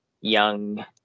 young